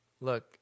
look